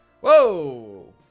Whoa